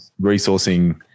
resourcing